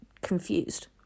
confused